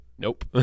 Nope